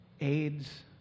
AIDS